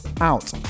out